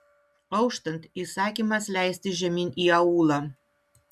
auštant įsakymas leistis žemyn į aūlą